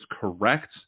correct